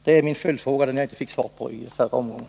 Det är min följdfråga, som jag inte fick svar på i förra omgången.